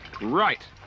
Right